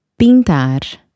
pintar